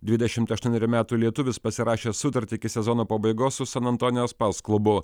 dvidešimt aštuonerių metų lietuvis pasirašė sutartį iki sezono pabaigos su san antonijo spars klubu